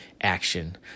action